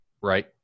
right